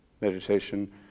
meditation